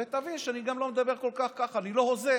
ותבין שאני גם לא מדבר כל כך, ככה, אני לא הוזה.